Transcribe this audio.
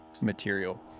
material